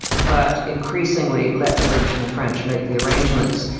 but increasingly let the british and the french make the arrangements,